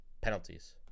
penalties